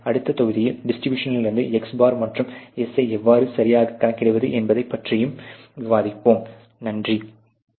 அடுத்த தொகுதியில் டிஸ்ட்ரிபியூஷனிலிருந்து x̄ மற்றும் S ஐ எவ்வாறு சரியாகக் கணக்கிடுவது என்பதைப் பற்றி விவாதிக்கும்